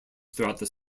throughout